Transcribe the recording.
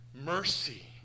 mercy